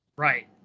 Right